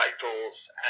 titles